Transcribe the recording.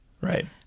right